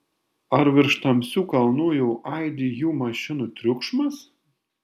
ar virš tamsių kalnų jau aidi jų mašinų triukšmas